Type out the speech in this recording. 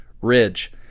Ridge